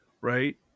Right